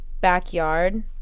backyard